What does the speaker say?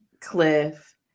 Cliff